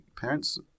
parents